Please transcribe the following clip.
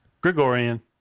Gregorian